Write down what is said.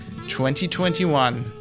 2021